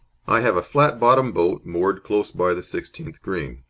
i have a fiat-bottomed boat moored close by the sixteenth green.